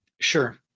Sure